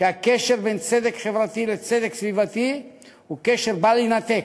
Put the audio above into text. שהקשר בין צדק חברתי לצדק סביבתי הוא קשר בל יינתק,